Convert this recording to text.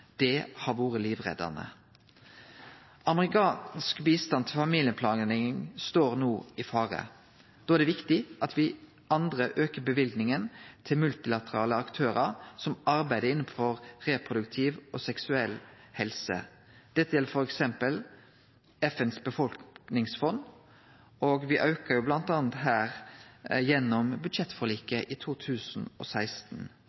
Det har vore livreddande. Amerikansk bistand til familieplanlegging står no i fare. Da er det viktig at me andre aukar løyvinga til multilaterale aktørar som arbeider innan reproduktiv og seksuell helse. Dette gjeld f.eks. FNs befolkningsfond, og me auka bl.a. dette gjennom